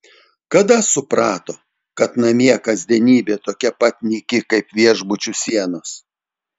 kada suprato kad namie kasdienybė tokia pat nyki kaip viešbučių sienos